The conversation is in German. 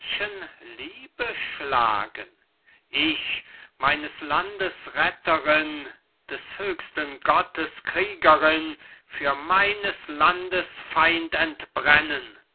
liebe schlagen ich meines landes retterin des höchsten gottes kriegerin für meines landes feind entbrennen